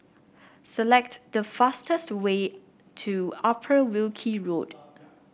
select the fastest way to Upper Wilkie Road